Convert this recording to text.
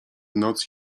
noc